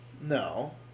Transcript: No